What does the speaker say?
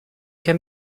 can